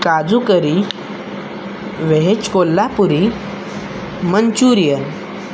काजू curry veg Kolhapuri Manchurian